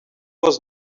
was